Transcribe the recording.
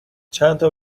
چندتا